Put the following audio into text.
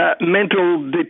mental